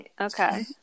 Okay